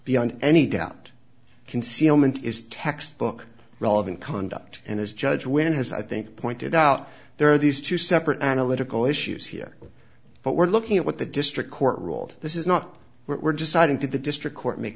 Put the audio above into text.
beyond any doubt concealment is textbook relevant conduct and as judge when it has i think pointed out there are these two separate analytical issues here but we're looking at what the district court ruled this is not we're deciding to the district court make